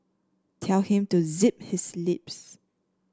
tell him to zip his lips